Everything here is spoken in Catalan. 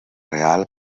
real